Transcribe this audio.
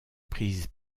prise